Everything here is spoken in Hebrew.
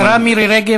השרה מירי רגב,